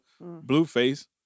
Blueface